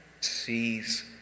sees